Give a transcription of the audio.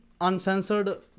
uncensored